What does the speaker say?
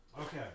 Okay